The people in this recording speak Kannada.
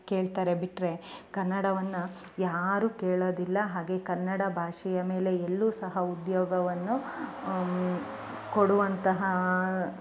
ಕೇಳ್ತಾರೆ ಬಿಟ್ಟರೆ ಕನ್ನಡವನ್ನು ಯಾರು ಕೇಳೋದಿಲ್ಲ ಹಾಗೆ ಕನ್ನಡ ಭಾಷೆಯ ಮೇಲೆ ಎಲ್ಲು ಸಹ ಉದ್ಯೋಗವನ್ನು ಕೊಡುವಂತಹ